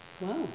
Wow